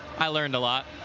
i learned a lot.